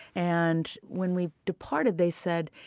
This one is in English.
and when we departed, they said,